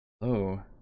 Hello